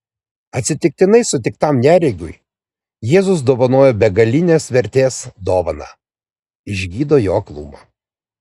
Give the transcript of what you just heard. atsitiktinai sutiktam neregiui jėzus dovanoja begalinės vertės dovaną išgydo jo aklumą